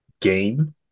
game